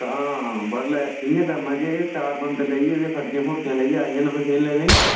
हां बड़लै इयां करना के चार बंदे लेइयै फड़कियां फुड़कियां लेइयै आई जाना मशीन लैने गी